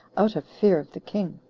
out of fear of the king.